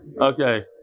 Okay